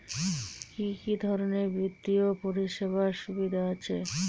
কি কি ধরনের বিত্তীয় পরিষেবার সুবিধা আছে?